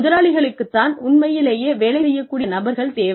முதலாளிகளுக்கு தான் உண்மையிலேயே வேலை செய்யக் கூடிய நபர்கள் தேவை